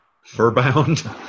fur-bound